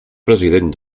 president